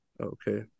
Okay